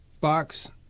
box